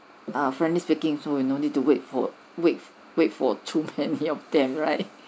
err friendly speaking so you no need to wait for wait wait for too many of them right